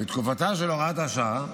בתקופתה של הוראת השעה.